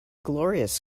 glorious